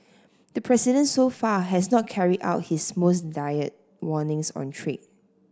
the president so far has not carried out his most dire warnings on trade